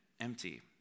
empty